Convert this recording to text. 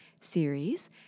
series